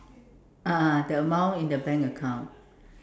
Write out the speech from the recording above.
ah ah the amount in the bank account